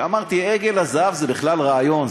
שאמרתי שעגל הזהב זה בכלל רעיון,